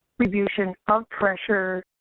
redistribution of pressure,